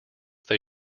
they